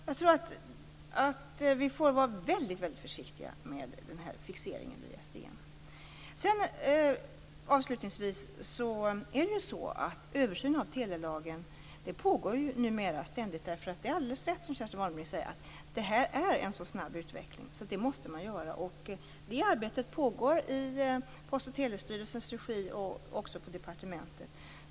Jag tror att vi får vara väldigt försiktiga med fixeringen vid ISDN. Översynen av telelagen pågår ju numera ständigt. Det är alldeles rätt som Kerstin Warnerbring säger att det är en så snabb utveckling här att det måste man göra. Det arbetet pågår i Post och telestyrelsens regi och på departementet.